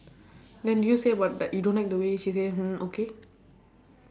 then did you say about like you don't like the way she say hmm okay